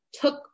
took